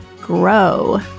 grow